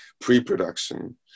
pre-production